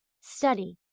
study